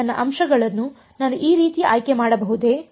ನನ್ನ ಅಂಶಗಳನ್ನು ನಾನು ಈ ರೀತಿ ಆಯ್ಕೆ ಮಾಡಬಹುದೇ